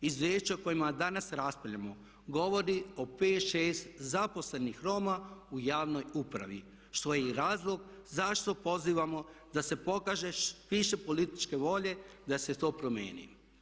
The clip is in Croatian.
Izvješće o kojem danas raspravljamo govori o pet, šest zaposlenih Roma u javnoj upravi što je i razlog zašto pozivamo da se pokaže više političke volje da se to promijeni.